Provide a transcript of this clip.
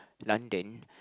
London